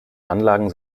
anlagen